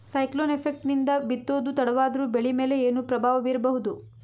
Cyclone effect ನಿಂದ ಬಿತ್ತೋದು ತಡವಾದರೂ ಬೆಳಿ ಮೇಲೆ ಏನು ಪ್ರಭಾವ ಬೀರಬಹುದು?